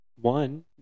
One